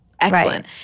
excellent